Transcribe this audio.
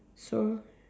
so